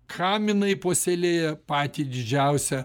kam jinai puoselėja patį didžiausią